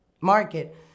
market